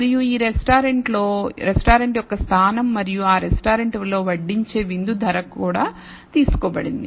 మరియు ఈ రెస్టారెంట్ యొక్క స్థానం మరియు ఆ రెస్టారెంట్లో వడ్డించే విందు ధర కూడా తీసుకోబడింది